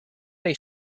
they